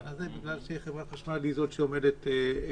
הזה בגלל שחברת חשמל היא זאת שעומדת מנגד.